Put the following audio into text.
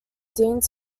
deemed